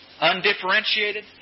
undifferentiated